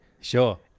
Sure